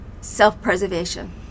self-preservation